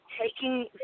Taking